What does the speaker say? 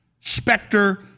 specter